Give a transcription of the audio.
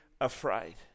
afraid